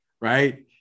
right